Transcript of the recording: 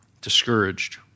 discouraged